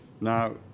Now